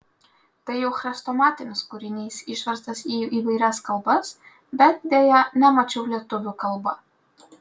tai jau chrestomatinis kūrinys išverstas į įvairias kalbas bet deja nemačiau lietuvių kalba